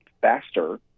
faster